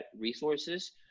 resources